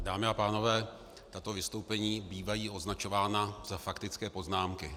Dámy a pánové, tato vystoupení bývají označována za faktické poznámky.